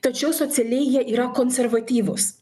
tačiau socialiai jie yra konservatyvūs